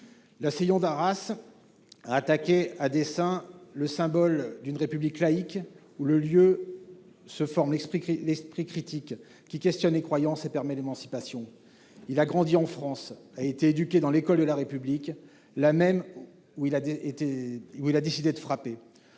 L’assaillant d’Arras a attaqué à dessein le symbole d’une République laïque, le lieu où se forme l’esprit critique, qui questionne les croyances et permet l’émancipation. Il a grandi en France et a été éduqué dans l’école de la République, là même où il a décidé de frapper.